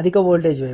అధిక వోల్టేజ్ వైపు